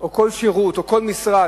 או כל שירות או כל משרד